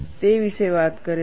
તે વિશે વાત કરે છે